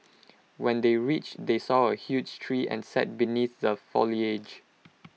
when they reached they saw A huge tree and sat beneath the foliage